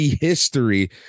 history